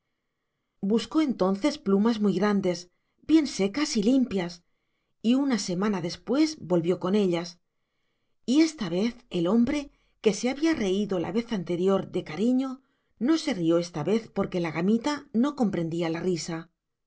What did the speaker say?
buscó entonces plumas muy grandes bien secas y limpias y una semana después volvió con ellas y esta vez el hombre que se había reído la vez anterior de cariño no se rió esta vez porque la gamita no comprendía la risa